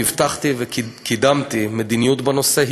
הבטחתי וקידמתי מדיניות בנושא,